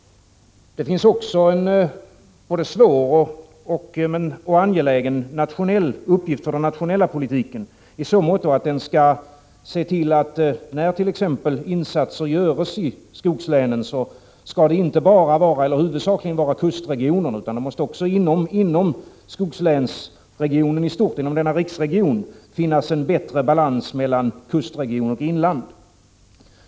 Det finns också en både svår och angelägen uppgift för den nationella politiken, i så måtto att den skall se till att när t.ex. insatser görs i skogslänen skall det inte huvudsakligen ske i kustregionen utan också inom skogslänsregionen i stort, inom riksregionen, för en bättre balans mellan kustregion och inland.